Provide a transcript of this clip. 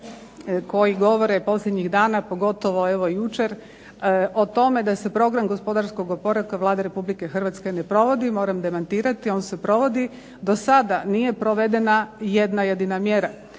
koji govore posljednjih dana, pogotovo evo jučer, o tome da se program gospodarskog oporavka Vlade Republike Hrvatske ne provodi. Moram demantirati, on se provodi. Do sada nije provedena jedna jedina mjera